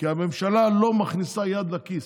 כי הממשלה לא מכניסה יד לכיס.